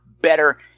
better